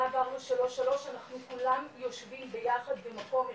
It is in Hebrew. להב 433 אנחנו כולם יושבים ביחד במקום אחד,